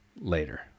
later